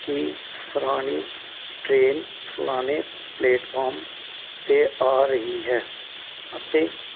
ਕਿ ਫਲਾਣੀ ਟਰੇਨ ਫਲਾਣੇ ਪਲੇਟਫਾਰਮ 'ਤੇ ਆ ਰਹੀ ਹੈ ਅਤੇ